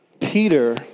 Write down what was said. Peter